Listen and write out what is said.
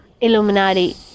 illuminati